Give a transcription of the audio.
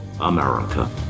america